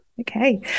Okay